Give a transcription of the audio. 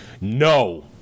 No